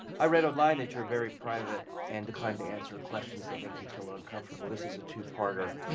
i read online that you're very private and decline to answer questions that make you feel ah uncomfortable. this is a two-parter,